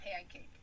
pancake